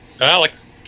Alex